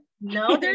No